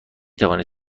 توانید